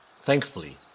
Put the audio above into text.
Thankfully